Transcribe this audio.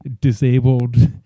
disabled